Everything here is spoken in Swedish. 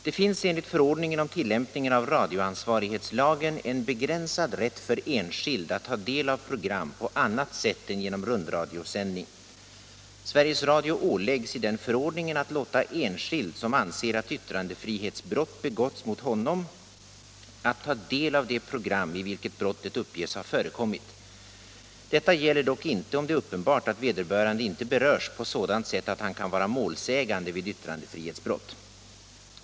Det finns enligt förordningen om tillämpningen av radioansvarighetslagen en begränsad rätt för enskild att ta del av program på annat sätt än genom rundradiosändning. Sveriges Radio åläggs i den förordningen att låta enskild, som anser att yttrandefrihetsbrott begåtts mot honom, ta del av det program i vilket brottet uppges ha förekommit. Detta gäller dock inte om det är uppenbart att vederbörande inte berörs på sådant sätt att han kan vara målsägande vid yttrandefrihetsbrott.